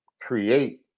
create